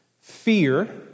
Fear